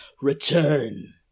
Return